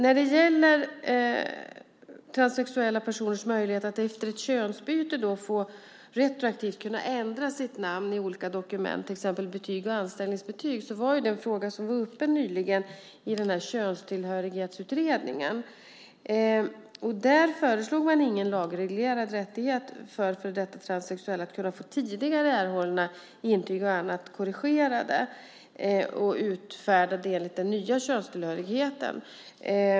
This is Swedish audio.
Frågan om att transsexuella ska få möjlighet att efter ett könsbyte retroaktivt kunna ändra sitt namn i olika dokument, till exempel i betyg och anställningsbetyg, var uppe nyligen i Könstillhörighetsutredningen. Där föreslog man ingen lagreglerad rättighet för före detta transsexuella att få tidigare erhållna intyg och annat korrigerade och utfärdade enligt den nya könstillhörigheten.